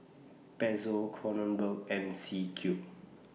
Pezzo Kronenbourg and C Cube